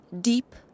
deep